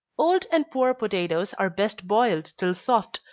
old and poor potatoes are best boiled till soft,